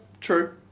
true